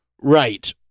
right